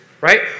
Right